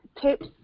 tips